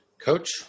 Coach